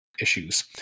issues